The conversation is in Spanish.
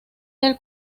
del